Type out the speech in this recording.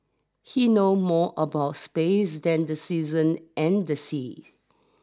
he know more about space than the season and the sea